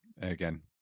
again